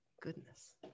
Goodness